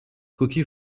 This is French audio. coquilles